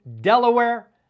Delaware